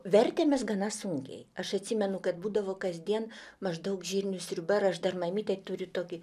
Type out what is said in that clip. vertėmės gana sunkiai aš atsimenu kad būdavo kasdien maždaug žirnių sriuba ir aš dar mamytei turi tokį